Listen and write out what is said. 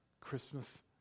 Christmas